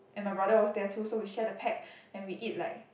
and my brother was there too so we share the pack and we eat like